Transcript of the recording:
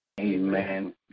Amen